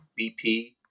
BP